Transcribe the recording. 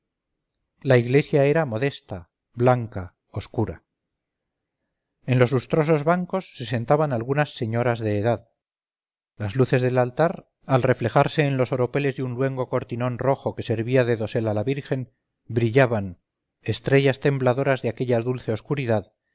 la iglesia era modesta blanca oscura en los lustrosos bancos se sentaban algunas señoras de edad las luces del altar al reflejarse en los oropeles de un luengo cortinón rojo que servía de dosel a la virgen brillaban estrellas tembladoras de aquella dulce oscuridad